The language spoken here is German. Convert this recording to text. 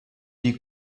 die